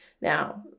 Now